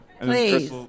Please